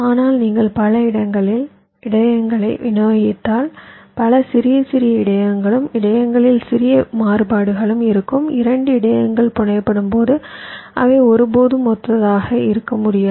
ஆனால் நீங்கள் பல இடங்களில் இடையகங்களை விநியோகித்தால் பல சிறிய சிறிய இடையகங்களும் இடையகங்களில் சிறிய மாறுபாடுகள் இருக்கும் 2 இடையகங்கள் புனையப்படும்போது அவை ஒருபோதும் ஒத்ததாக இருக்க முடியாது